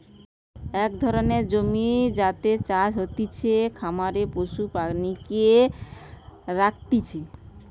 এক ধরণের জমি যাতে চাষ হতিছে, খামারে পশু প্রাণীকে রাখতিছে